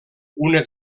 una